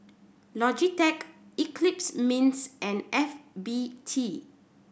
Logitech Eclipse Mints and F B T